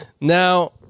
Now